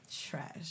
Trash